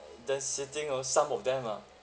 than sitting oh some of them lah